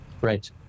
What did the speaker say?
Right